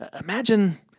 Imagine